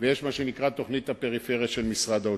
ויש מה שנקרא "תוכנית הפריפריה של משרד האוצר".